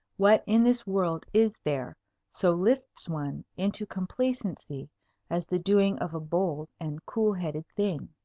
what in this world is there so lifts one into complacency as the doing of a bold and cool-headed thing?